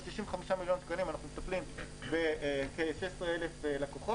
ב-65 מיליון שקלים אנחנו מטפלים בכ-16,000 לקוחות.